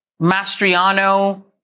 Mastriano